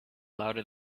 louder